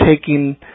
taking